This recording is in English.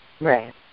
Right